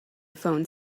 phone